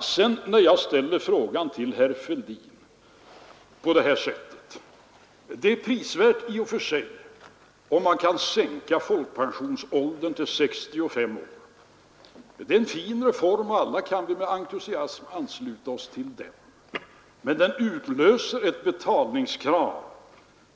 Sedan ställde jag en fråga till herr Fälldin. Det är i och för sig prisvärt, sade jag, om man kan sänka pensionsåldern till 65 år. Det är en god reform, som vi alla med entusiasm kan ansluta oss till. Men den utlöser ett betalningskrav